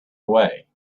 away